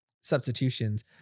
substitutions